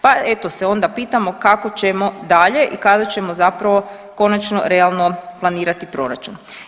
Pa eto se onda pitamo kako ćemo dalje i kada ćemo zapravo konačno realno planirati proračun?